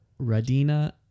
Radina